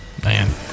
Man